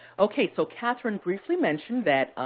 okay, so kathryn briefly mentioned that,